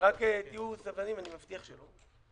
רק תהיו סבלניים, אני במטיח שלא.